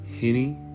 Henny